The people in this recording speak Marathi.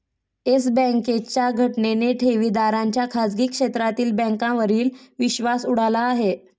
येस बँकेच्या घटनेने ठेवीदारांचा खाजगी क्षेत्रातील बँकांवरील विश्वास उडाला आहे